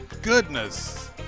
Goodness